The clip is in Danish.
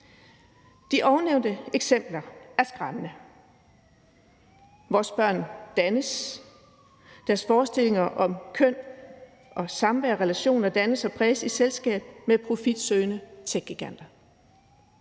De ovennævnte eksempler er skræmmende. Vores børn dannes. Deres forestillinger om køn og om samvær og relationer dannes og præges i selskab med profitsøgende techgiganter.